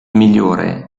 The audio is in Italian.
migliore